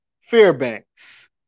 Fairbanks